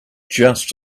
just